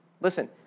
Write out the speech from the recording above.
listen